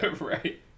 Right